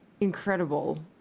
incredible